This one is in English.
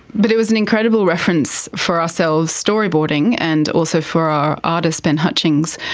but it was an incredible reference for ourselves, storyboarding, and also for our artist ben hutchings,